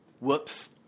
Whoops